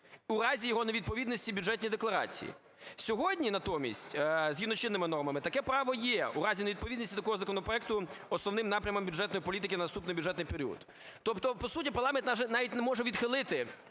у разі його невідповідності бюджетній декларації. Сьогодні натомість згідно з чинними нормами таке право є у разі невідповідності такого законопроекту основним напрямам бюджетної політики на наступний бюджетний період. Тобто по суті парламент навіть не може відхилити